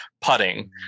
putting